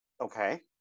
Okay